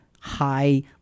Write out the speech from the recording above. high